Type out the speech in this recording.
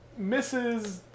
Mrs